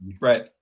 Right